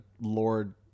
lord